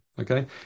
Okay